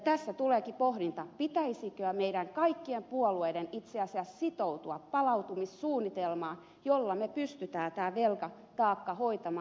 tässä tuleekin pohdinta pitäisikö meidän kaikkien puolueiden itse asiassa sitoutua palautumissuunnitelmaan jolla me pystymme tämän velkataakan hoitamaan